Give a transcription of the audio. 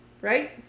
right